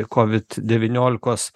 kovid devyniolikos